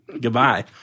Goodbye